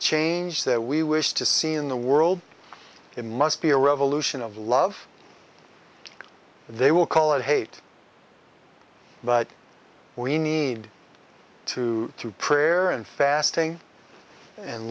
change that we wish to see in the world it must be a revolution of love they will call it hate but we need to through prayer and fasting and